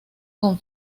con